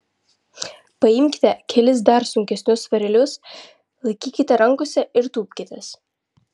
paimkite kelis dar sunkesnius svarelius laikykite rankose ir tūpkitės